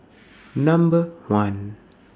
Number one